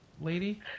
lady